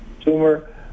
tumor